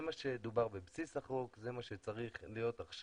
זה מה שדובר בבסיס החוק וזה מה שצריך להיות עכשיו.